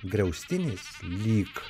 griaustinis lyg